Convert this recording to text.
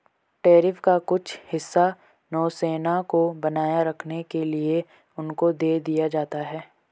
tariff का कुछ हिस्सा नौसेना को बनाए रखने के लिए उनको दे दिया जाता है